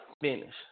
finish